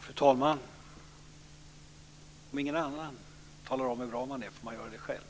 Fru talman! Om ingen annan talar om hur bra man är får man göra det själv.